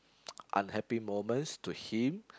unhappy moments to him